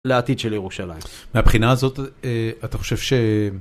לעתיד של ירושלים. מהבחינה הזאת, אתה חושב ש...